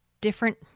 different